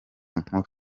nkuru